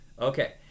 Okay